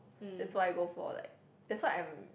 that's why I go for like that's why I'm